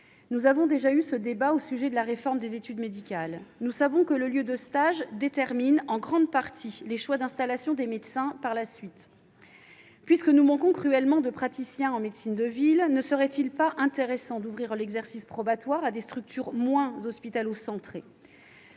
Nous avons déjà eu ce débat au sujet de la réforme des études médicales : nous savons que le lieu de stage détermine en grande partie les choix d'installation des médecins par la suite. Puisque nous manquons cruellement de praticiens en médecine de ville, ne serait-il pas intéressant d'ouvrir l'exercice probatoire à des structures moins hospitalo-centrées ?